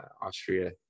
Austria